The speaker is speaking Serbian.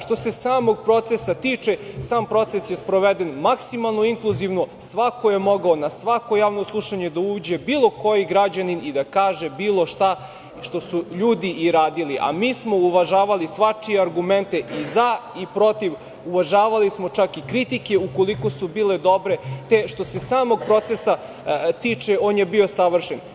Što se samog procesa tiče, sam proces je sproveden maksimalno inkluzivno, svako je mogao na svako javno slušanje da uđe, bilo koji građanin i da kaže bilo šta što su ljudi i radili, a mi smo uvažavali svačije argumente i za i protiv, uvažavali smo čak i kritike ukoliko su bile dobre, te što se samog procesa tiče on je bio savršen.